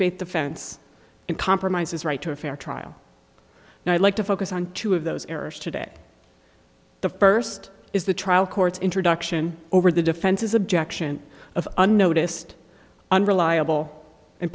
faith defense and compromise his right to a fair trial and i'd like to focus on two of those errors today the first is the trial court's introduction over the defense's objection of unnoticed unreliable and